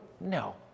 No